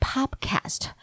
Podcast 。